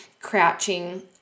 crouching